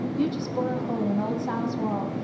you just bore a hole in old sal's wall,